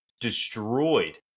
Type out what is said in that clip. destroyed